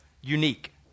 unique